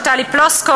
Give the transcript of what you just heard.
של טלי פלוסקוב,